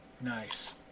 Nice